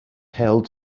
held